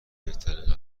بهترین